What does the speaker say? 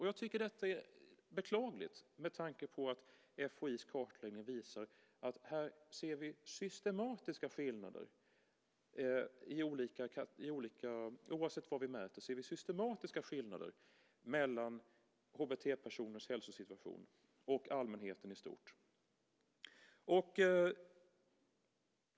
Jag tycker att detta är beklagligt med tanke på att FHI:s kartläggning visar att oavsett vad vi mäter ser vi systematiska skillnader mellan HBT-personers hälsosituation och allmänheten i stort.